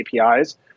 apis